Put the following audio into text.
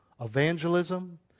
evangelism